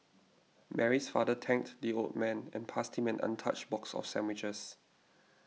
Mary's father thanked the old man and passed him an untouched box of sandwiches